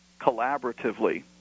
collaboratively